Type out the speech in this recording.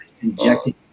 injecting